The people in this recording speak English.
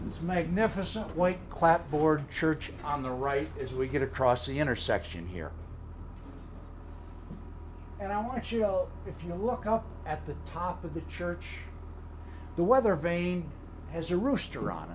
this magnificent white clapboard church on the right as we get across the intersection here and i want to show if you look up at the top of the church the weathervane has a rooster on